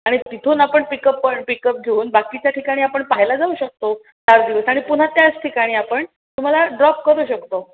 आणि तिथून आपण पिकअप पण पिकअप घेऊन बाकीच्या ठिकाणी आपण पाहायला जाऊ शकतो चार दिवस आणि पुन्हा त्याच ठिकाणी आपण तुम्हाला ड्रॉप करू शकतो